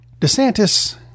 DeSantis